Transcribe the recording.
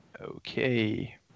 Okay